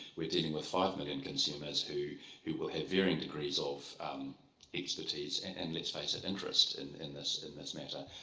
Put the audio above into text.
we're dealing with five million consumers who who will have varying degrees of expertise, and, let's face it, interest and in this and this matter.